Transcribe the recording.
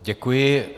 Děkuji.